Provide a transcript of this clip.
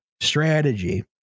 strategy